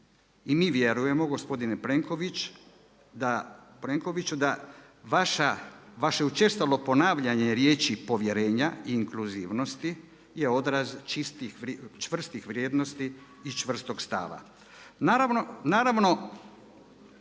i mi vjerujemo gospodine Plenkoviću da vaše učestalo ponavljanje riječi „povjerenje i inkluzivnosti“ je odraz čvrstih vrijednosti i čvrstog stava. Naravno